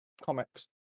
comics